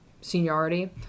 seniority